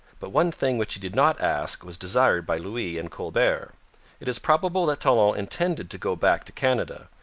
but one thing which he did not ask was desired by louis and colbert. it is probable that talon intended to go back to canada,